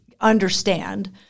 understand